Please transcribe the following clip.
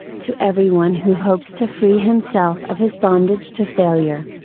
to everyone who hopes to free himself of his bondage to failure.